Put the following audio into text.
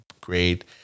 great